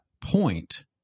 point